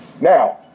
Now